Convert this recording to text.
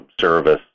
service